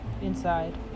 inside